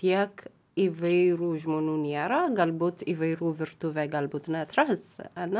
tiek įvairių žmonių nėra galbūt įvairių virtuvė galbūt neatrasi ar ne